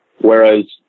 Whereas